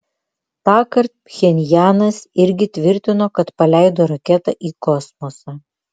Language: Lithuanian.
tąkart pchenjanas irgi tvirtino kad paleido raketą į kosmosą